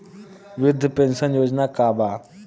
वृद्ध पेंशन योजना का बा?